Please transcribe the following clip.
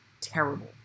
terrible